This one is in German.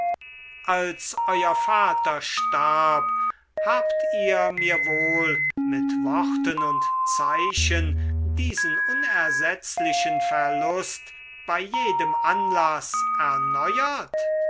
als euer vater starb habt ihr mir wohl mit worten und zeichen diesen unersetzlichen verlust bei jedem anlaß erneuert